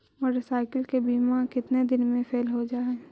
Motorcycle के बिमा केतना दिन मे फेल हो जा है?